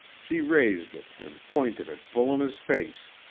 she raised it and pointed it full in his face.